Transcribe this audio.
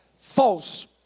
false